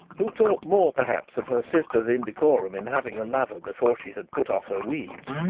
who thought more, perhaps, of her sister's indecorum in having a lover before she had put off her weeds,